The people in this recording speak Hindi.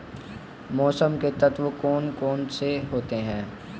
मौसम के तत्व कौन कौन से होते हैं?